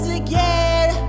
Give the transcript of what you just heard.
again